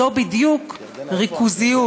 זו בדיוק ריכוזיות.